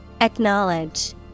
Acknowledge